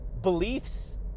beliefs